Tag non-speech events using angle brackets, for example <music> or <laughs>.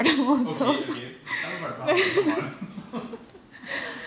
okay okay தமிழ்ப்படம்பாப்பேன்:tamizhpadam paapen come on <laughs>